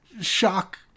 shock